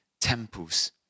temples